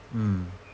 mm